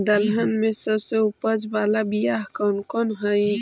दलहन में सबसे उपज बाला बियाह कौन कौन हइ?